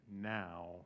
now